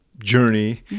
journey